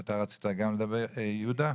אתה רצית גם לדבר, יהודה?